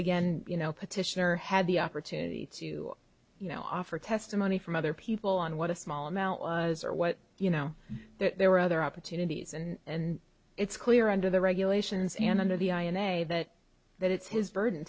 again you know petitioner had the opportunity to you know offer testimony from other people on what a small amount was or what you know there were other opportunities and it's clear under the regulations and under the i and a that that it's his burden